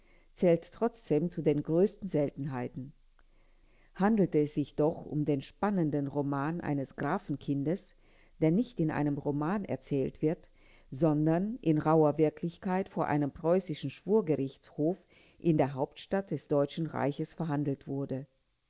zählt trotzdem zu den größten seltenheiten handelte es sich doch um den spannenden roman eines grafenkindes der nicht in einem roman erzählt wird sondern in rauher wirklichkeit vor einem preußischen schwurgerichtshof in der hauptstadt des deutschen reiches verhandelt wurde